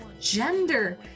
gender